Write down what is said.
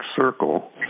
Circle